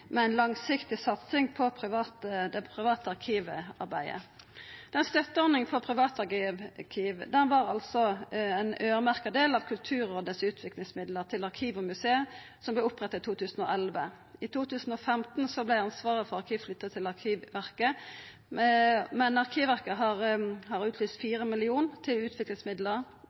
med ei langsiktig satsing på det private arkivarbeidet. Støtteordninga for privatarkiv var altså ein øyremerkt del av Kulturrådets utviklingsmidlar til arkiv og museum, som vart oppretta i 2011. I 2015 vart ansvaret for arkiv flytt til Arkivverket. Arkivverket lyste ut 4 mill. kr til utviklingsmidlar til